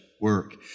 work